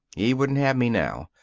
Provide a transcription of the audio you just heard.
he wouldn't have me now.